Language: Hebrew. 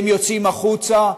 הם יוצאים החוצה,